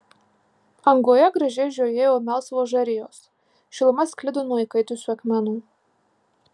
angoje gražiai žiojėjo melsvos žarijos šiluma sklido nuo įkaitusių akmenų